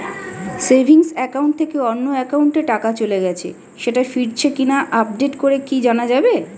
Savings account থেকে অন্য একাউন্টে টাকা চলে গেছে সেটা ফিরেছে কিনা আপডেট করে কি জানা যাবে?